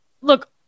look